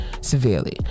severely